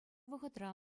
вӑхӑтра